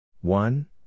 one